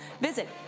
Visit